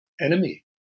enemy